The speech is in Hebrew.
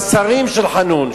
מהשרים של חנון,